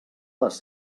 les